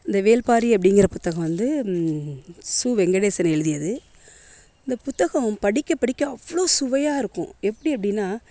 இந்த வேள்பாரி அப்படிங்கிற புத்தகம் வந்து சு வெங்கடேசன் எழுதியது இந்த புத்தகம் படிக்க படிக்க அவ்வளோ சுவையாக இருக்கும் எப்படி அப்படினா